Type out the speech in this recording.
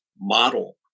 model